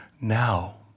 now